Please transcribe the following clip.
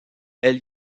elle